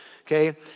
okay